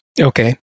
Okay